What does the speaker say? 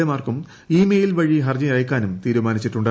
A മാർക്കും email വഴി ഹർജി അയയ്ക്കാനും തീരുമാനിച്ചിട്ടുണ്ട്